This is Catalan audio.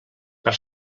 per